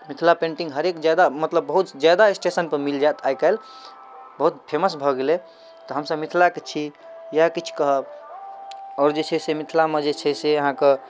Mithila painting हरेक जगह मतलब बहुत जादा स्टेशन पर मिल जाइत आइ काल्हि बहुत फेमस भऽ गेलै तऽ हमसब मिथिलाके छी यएह किछु कहब आओर जे छै से मिथिलामे जे छै से अहाँके